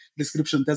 description